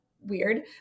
weird